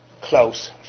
close